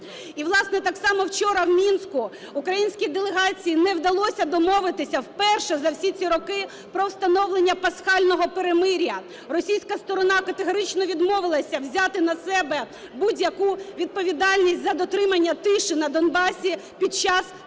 І, власне, так само вчора в Мінську українській делегації не вдалося домовитися вперше за всі ці роки про встановлення пасхального перемир'я. Російська сторона категорично відмовилася взяти на себе будь-яку відповідальність за дотримання тиші на Донбасі під час